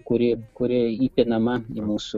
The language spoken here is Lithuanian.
kuri kuri įpinama į mūsų